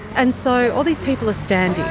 and so all these people are standing.